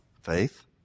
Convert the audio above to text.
Faith